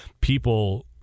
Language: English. people